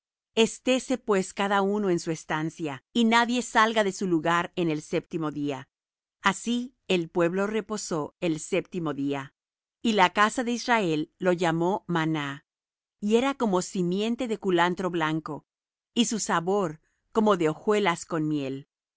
estése pues cada uno en su estancia y nadie salga de su lugar en el séptimo día así el pueblo reposó el séptimo día y la casa de israel lo llamó maná y era como simiente de culantro blanco y su sabor como de hojuelas con miel